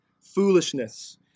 foolishness